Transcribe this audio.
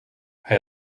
hij